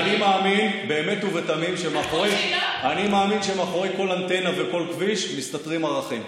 אני מאמין באמת ובתמים שמאחורי כל אנטנה וכל כביש מסתתרים ערכים.